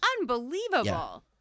Unbelievable